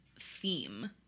theme